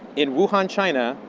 in wuhan, china,